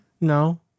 No